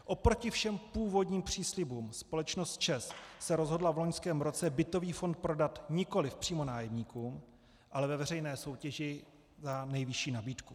Oproti všem původním příslibům společnost ČEZ se rozhodla v loňském roce bytový fond prodat nikoliv přímo nájemníkům, ale ve veřejné soutěži za nejvyšší nabídku.